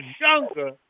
younger